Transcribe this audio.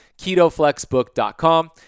ketoflexbook.com